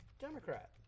Democrat